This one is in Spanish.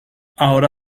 ahora